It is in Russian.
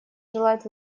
желает